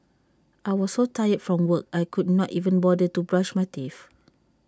I was so tired from work I could not even bother to brush my teeth